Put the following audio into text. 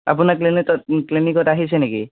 আপোনাৰ ক্লিনিতত ক্লিনিকত আহিছে নেকি